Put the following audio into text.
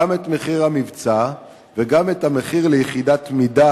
גם את מחיר המבצע וגם את המחיר ליחידת מידה,